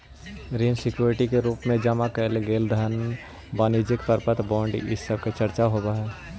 ऋण सिक्योरिटी के रूप में जमा कैइल गेल धन वाणिज्यिक प्रपत्र बॉन्ड इ सब के चर्चा होवऽ हई